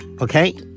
Okay